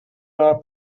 are